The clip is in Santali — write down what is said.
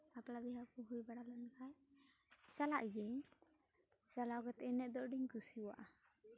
ᱵᱟᱯᱞᱟ ᱵᱤᱦᱟᱹ ᱠᱚ ᱦᱩᱭ ᱵᱟᱲᱟ ᱞᱮᱱᱠᱷᱟᱱ ᱪᱟᱞᱟᱜ ᱜᱤᱭᱟᱹᱧ ᱪᱟᱞᱟᱣ ᱠᱟᱛᱮᱫ ᱮᱱᱮᱡ ᱫᱚ ᱟᱹᱰᱤᱧ ᱠᱩᱥᱤᱭᱟᱜᱼᱟ